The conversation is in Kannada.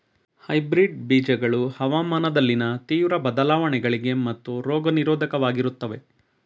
ಹೈಬ್ರಿಡ್ ಬೀಜಗಳು ಹವಾಮಾನದಲ್ಲಿನ ತೀವ್ರ ಬದಲಾವಣೆಗಳಿಗೆ ಮತ್ತು ರೋಗ ನಿರೋಧಕವಾಗಿರುತ್ತವೆ